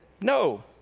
no